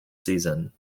season